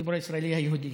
בציבור הישראלי-היהודי,